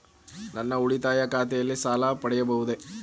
ನನ್ನ ಉಳಿತಾಯ ಖಾತೆಯಲ್ಲಿ ಸಾಲ ಪಡೆಯಬಹುದೇ?